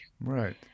Right